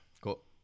Cool